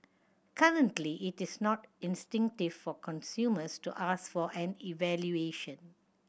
currently it is not instinctive for consumers to ask for an evaluation